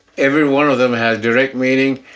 every one of them has direct meaning,